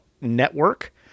Network